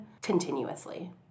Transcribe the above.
continuously